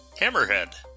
Hammerhead